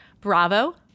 Bravo